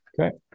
Okay